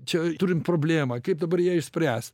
čia turim problemą kaip dabar ją išspręs